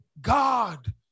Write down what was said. God